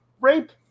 rape